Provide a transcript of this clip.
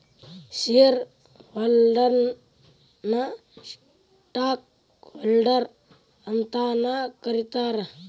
share ಹೋಲ್ಡರ್ನ ನ stock holder ಅಂತಾನೂ ಕರೇತಾರ